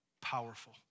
powerful